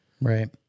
Right